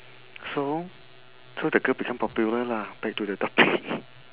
so so the girl become popular lah back to the topic